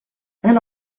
elle